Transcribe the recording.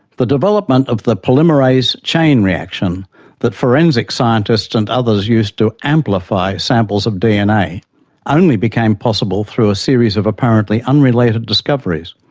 the development of the polymerase chain reaction that forensic scientists and others use to amplify samples of dna dna only became possible through a series of apparently unrelated discoveries,